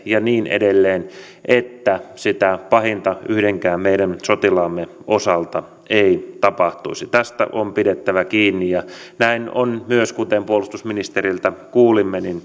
ja niin edelleen jotta sitä pahinta yhdenkään meidän sotilaamme osalta ei tapahtuisi tästä on pidettävä kiinni ja näin on myös kuten puolustusministeriltä kuulimme